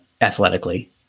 athletically